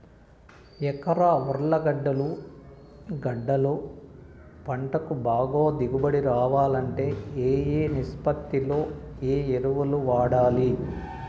ఎకరా ఉర్లగడ్డలు గడ్డలు పంటకు బాగా దిగుబడి రావాలంటే ఏ ఏ నిష్పత్తిలో ఏ ఎరువులు వాడాలి?